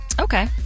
Okay